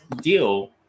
deal